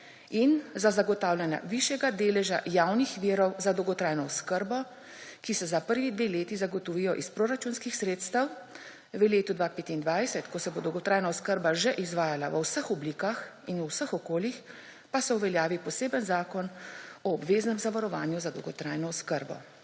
in za zagotavljanje višjega deleža javnih virov za dolgotrajno oskrbo, ki se za prvi dve leti zagotovijo iz proračunskih sredstev, v letu 2025, ko se bo dolgotrajna oskrba že izvajala v vseh oblikah in v vseh okoljih, pa se uveljavi poseben zakon o obveznem zavarovanju za dolgotrajno oskrbo.